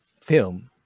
film